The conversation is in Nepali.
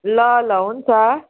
ल ल हुन्छ